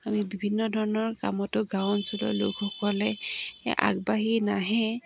আমি বিভিন্ন ধৰণৰ কামতো গাঁও অঞ্চলৰ লোকসকলে আগবাঢ়ি নাহে